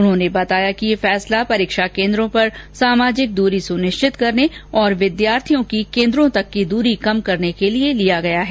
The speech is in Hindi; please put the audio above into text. उन्होंने बताया कि यह फैसला परीक्षा केन्द्रों पर सामाजिक दूरी सुनिश्चित करने और विद्यार्थियों की केन्द्रों तक की दूरी कम करने के लिए लिया गया है